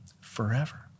forever